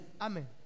Amen